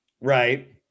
Right